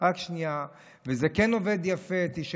זה עובד יפה, תודה.